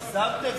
הגזמתם,